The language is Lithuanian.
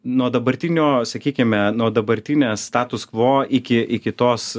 nuo dabartinio sakykime nuo dabartinio status kvo iki iki tos